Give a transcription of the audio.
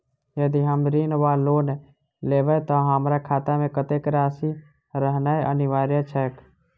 यदि हम ऋण वा लोन लेबै तऽ हमरा खाता मे कत्तेक राशि रहनैय अनिवार्य छैक?